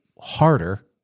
harder